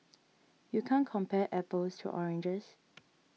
you can't compare apples to oranges